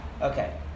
Okay